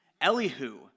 Elihu